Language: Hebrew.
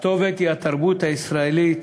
הכתובת היא התרבות הישראלית,